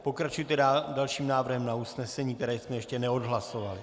Pokračujte dalším návrhem na usnesení, který jsme ještě neodhlasovali.